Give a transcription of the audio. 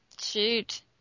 shoot